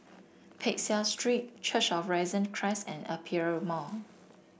Peck Seah Street Church of Risen Christ and Aperia Mall